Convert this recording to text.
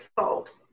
fault